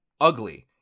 ugly